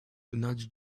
nudge